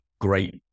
great